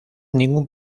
ningún